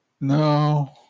No